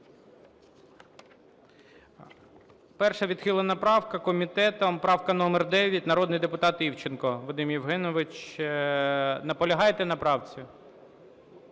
Перша відхилена правка комітетом. Правка номер 9, народний депутат Івченко Вадим Євгенович. Наполягаєте на правці?